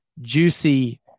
juicy